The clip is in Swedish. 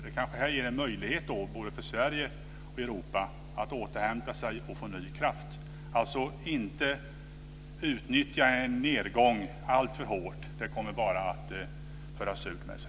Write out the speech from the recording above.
Det här kanske ger en möjlighet både för Sverige och Europa att återhämta sig och få ny kraft. Man ska alltså inte utnyttja en nedgång alltför mycket. Det kommer bara att föra surt med sig.